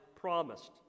promised